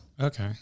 Okay